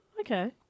Okay